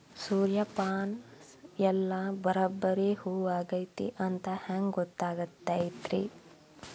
ಸೂರ್ಯಪಾನ ಎಲ್ಲ ಬರಬ್ಬರಿ ಹೂ ಆಗೈತಿ ಅಂತ ಹೆಂಗ್ ಗೊತ್ತಾಗತೈತ್ರಿ?